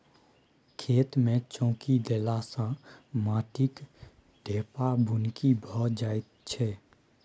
खेत मे चौकी देला सँ माटिक ढेपा बुकनी भए जाइ छै